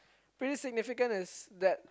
pretty signification is that